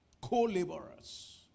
Co-laborers